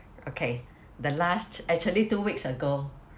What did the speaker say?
okay the last actually two weeks ago